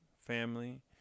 family